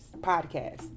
podcast